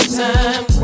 time